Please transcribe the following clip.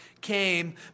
came